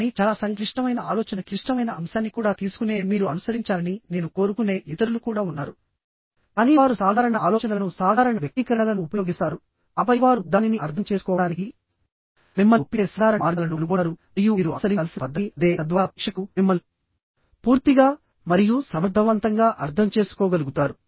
కానీ చాలా సంక్లిష్టమైన ఆలోచన క్లిష్టమైన అంశాన్ని కూడా తీసుకునే మీరు అనుసరించాలని నేను కోరుకునే ఇతరులు కూడా ఉన్నారుకానీ వారు సాధారణ ఆలోచనలను సాధారణ వ్యక్తీకరణలను ఉపయోగిస్తారు ఆపై వారు దానిని అర్థం చేసుకోవడానికి మిమ్మల్ని ఒప్పించే సాధారణ మార్గాలను కనుగొంటారు మరియు మీరు అనుసరించాల్సిన పద్ధతి అదేతద్వారా ప్రేక్షకులు మిమ్మల్ని పూర్తిగా మరియు సమర్థవంతంగా అర్థం చేసుకోగలుగుతారు